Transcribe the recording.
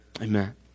Amen